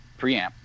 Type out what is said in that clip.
preamp